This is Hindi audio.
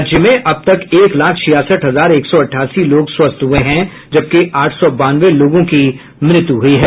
राज्य में अब तक एक लाख छियासठ हजार एक सौ अठासी लोग स्वस्थ हुये हैं जबकि आठ सौ बानवे लोगों की मृत्यु हुई है